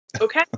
okay